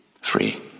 Free